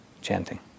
chanting